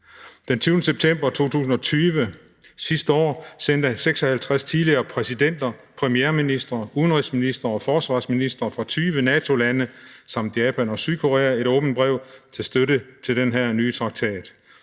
Den 20. september 2020, sidste år, sendte 56 tidligere præsidenter, premierministre, udenrigsministre og forsvarsministre fra 20 NATO-lande samt Japan og Sydkorea et åbent brev til støtte for den her nye traktat